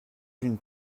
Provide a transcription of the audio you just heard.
une